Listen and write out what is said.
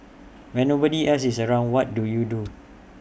when nobody else is around what do you do